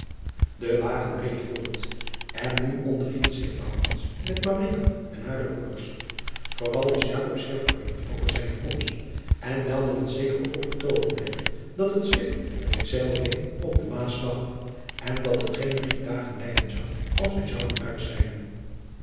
de wagen reed voort en nu onderhield zich maurits met maria en hare broeders vooral was jakob zeer verheugd over zijne komst en meldde met zekere opgetogenheid dat het schip reeds zeilree op de maas lag en dat het geen drie dagen lijden zou of zij zouden uitzeilen